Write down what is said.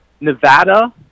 Nevada